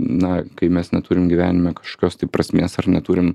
na kai mes neturim gyvenime kažkokios tai prasmės ar neturim